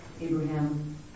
Abraham